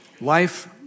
Life